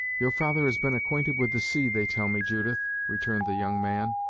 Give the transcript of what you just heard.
your father has been acquainted with the sea, they tell me, judith, returned the young man,